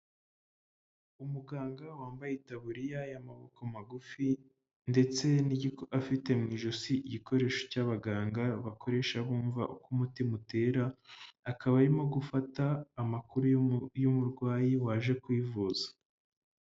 Umuganga wambaye itaburiya y'amaboko magufi ndetse n'igiko afite mu ijosi igikoresho cy'abaganga, bakoresha bumva uko umutima utera, akaba arimo gufata amakuru y'umurwayi waje kwivuza.